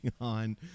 on